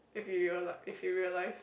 if you reali~ if you realize